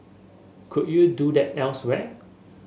could you do that elsewhere